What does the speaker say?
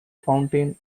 fountain